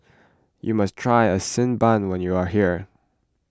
you must try Xi Ban when you are here